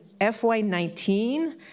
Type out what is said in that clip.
FY19